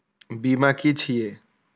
बीमा की छी ये?